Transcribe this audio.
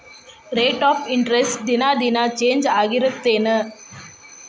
rate of interest ದಿನಾ ದಿನಾ change ಆಗ್ತಿರತ್ತೆನ್